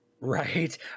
right